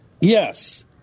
Yes